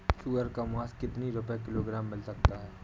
सुअर का मांस कितनी रुपय किलोग्राम मिल सकता है?